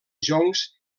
joncs